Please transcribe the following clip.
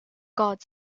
god